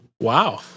Wow